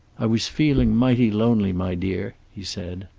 i was feeling mighty lonely, my dear, he said.